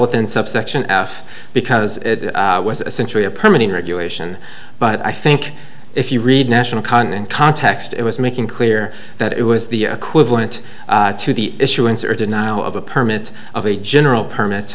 within subsection f because it was a century of permanent regulation but i think if you read national content context it was making clear that it was the equivalent to the issue inserted now of a permit of a general perm